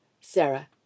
Sarah